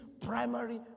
primary